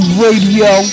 radio